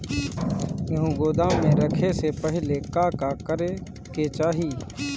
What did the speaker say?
गेहु गोदाम मे रखे से पहिले का का करे के चाही?